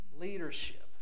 leadership